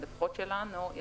לפחות שלנו,